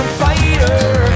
fighter